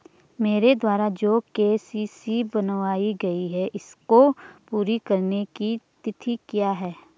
मेरे द्वारा जो के.सी.सी बनवायी गयी है इसको पूरी करने की तिथि क्या है?